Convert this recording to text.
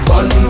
run